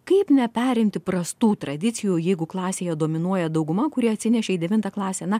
kaip neperimti prastų tradicijų jeigu klasėje dominuoja dauguma kurie atsinešė į devintą klasę na